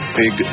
big